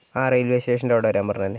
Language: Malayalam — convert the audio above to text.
ആ റെയിൽവേ സ്റ്റേഷൻറ്റെ അവിടേ വരാൻ പറഞ്ഞത്